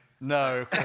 No